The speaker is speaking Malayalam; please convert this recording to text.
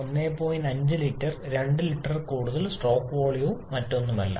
5 ലിറ്റർ എഞ്ചിൻ 2 ലിറ്ററിൽ കൂടുതൽ സ്ട്രോക്ക് വോളിയവും മറ്റൊന്നുമല്ല